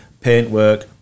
paintwork